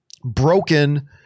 broken